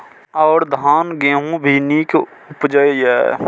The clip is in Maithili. और धान गेहूँ भी निक उपजे ईय?